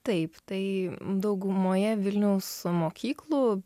taip tai daugumoje vilniaus mokyklų